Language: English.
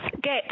get